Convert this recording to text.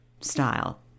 style